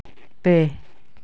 ᱯᱮ